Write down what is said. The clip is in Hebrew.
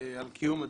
על קיום הדיון,